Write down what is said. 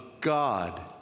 God